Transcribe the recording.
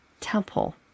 temple